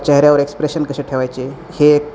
चेहऱ्यावर एक्सप्रेशन कसे ठेवायचे हे एक